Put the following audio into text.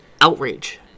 Outrage